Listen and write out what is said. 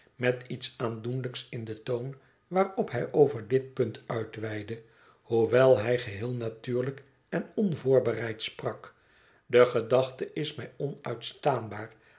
met iets aandoenlijks in den toon waarop hij over dit punt uitweidde hoewel hij geheel natuurlijk en onvoorbereid sprak de gedachte is mij